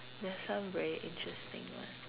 there are some very interesting one